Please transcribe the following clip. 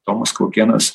tomas kaukėnas